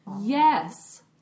Yes